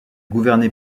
gouverné